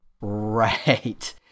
Right